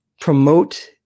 Promote